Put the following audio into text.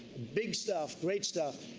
big stuff, great stuff.